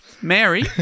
Mary